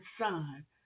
son